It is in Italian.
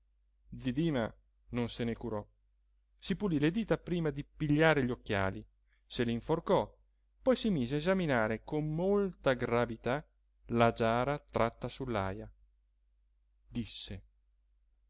zi dima non se ne curò si pulì le dita prima di pigliare gli occhiali se li inforcò poi si mise a esaminare con molta gravità la giara tratta sull'aja disse